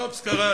אופס, קרה.